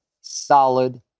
solid